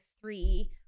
three